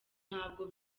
ntabwo